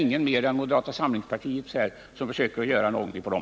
Inga andra än vi inom moderata samlingspartiet försöker göra någonting för dem.